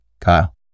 Kyle